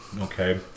Okay